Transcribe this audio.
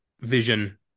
vision